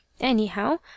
Anyhow